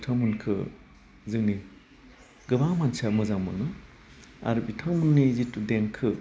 बिथांमोनखो जोंनि गोबां मानसिया मोजां मोनो आर बिथां मोननि जेथु देंखो